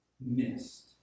missed